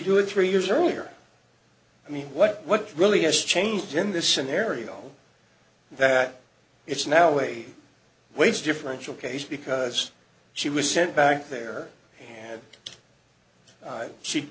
do it three years earlier i mean what what really has changed in this scenario that it's now a wage differential case because she was sent back there